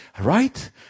right